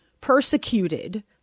persecuted